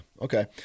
Okay